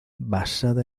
basada